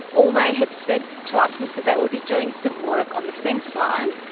all they had said to us was that they would be doing some work on the fence line.